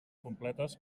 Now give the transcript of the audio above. completes